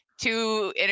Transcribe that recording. two